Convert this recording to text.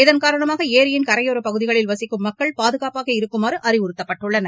இதன் காரணமாக ஏரியிள் கரையோரப் பகுதிகளில் வசிக்கும் மக்கள் பாதுகாப்பாக இருக்குமாறு அறிவுறுத்தப்பட்டுள்ளனர்